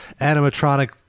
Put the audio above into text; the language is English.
animatronic